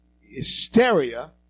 hysteria